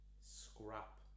scrap